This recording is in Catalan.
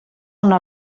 una